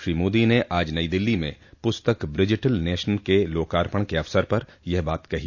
श्री मोदी ने आज नई दिल्ली में पुस्तक ब्रिजिटल नेशन के लोकार्पण के अवसर पर यह बात कही